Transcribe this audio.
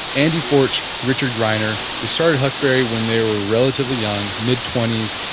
andy forch, richard greiner, they started huckberry when they were relatively young, mid twenty s,